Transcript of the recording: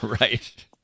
right